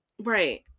right